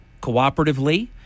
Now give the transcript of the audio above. cooperatively